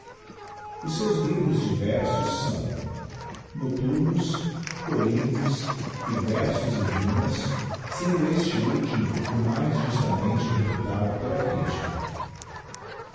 os seus livros de versos são nocturnos cortmbos e versos rimas sendo este ultimo o mais justamente reputado pela critica